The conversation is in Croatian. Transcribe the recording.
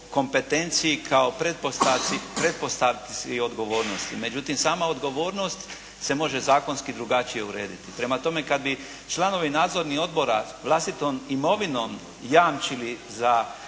kompetenciji kao o pretpostavci odgovornosti. Međutim, sama odgovornost se može zakonski drugačije urediti. Prema tome, kada bi članovi nadzornih odbora vlastitom imovinom jamčili za